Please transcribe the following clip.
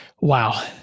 Wow